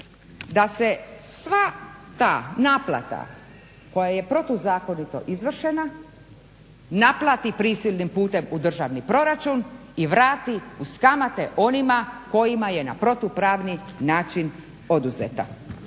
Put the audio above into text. da se sva ta naplata koja je protuzakonito izvršena naplati prisilnim putem u državni proračun i vrati uz kamate onima kojima je na protupravni način oduzeta.